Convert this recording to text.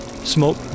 Smoke